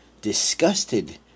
Disgusted